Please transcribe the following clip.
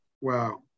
Wow